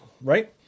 right